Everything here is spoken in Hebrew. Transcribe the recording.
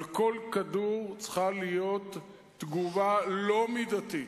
על כל כדור צריכה להיות תגובה לא מידתית,